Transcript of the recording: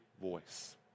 voice